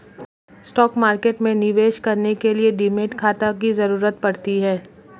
stock market में निवेश करने के लिए डीमैट खाता की जरुरत पड़ती है